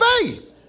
faith